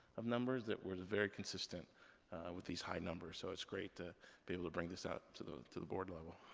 of numbers that were very consistent with these high numbers, so it's great to be able to bring this out to the to the board level.